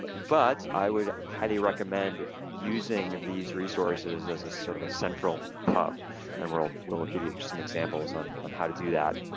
and but i would highly recommend using these resources as a sort of a central hub and we'll we'll give you some examples on on how to do that